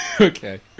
okay